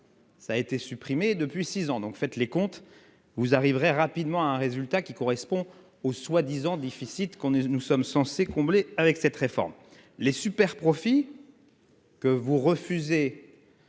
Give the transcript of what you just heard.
a été supprimé. Faites les comptes et vous arriverez rapidement au résultat qui correspond au soi-disant déficit que nous sommes censés combler avec cette réforme ! Les superprofits, que vous refusez